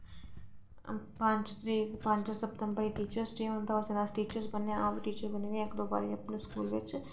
पंज तरीक ते पंज सितम्बर गी टीचर्स डे होंदा ते उस दिन अस टीचर बनने आं ते अं'ऊ बी टीचर बनी इक्क दौ बारी अपने स्कूल बिच